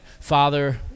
Father